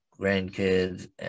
grandkids